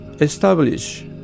establish